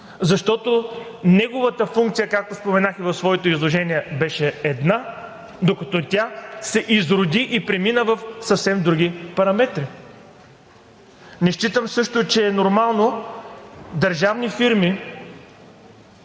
защото неговата функция, както споменах и в своето изложение, беше една, докато тя се изроди, и премина в съвсем други параметри. Не считам също, че е нормално държавни фирми